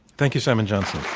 thank you, simon johnson.